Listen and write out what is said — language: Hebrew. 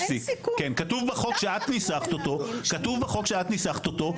כתוב בחוק שאת ניסחת אותו,